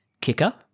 kicker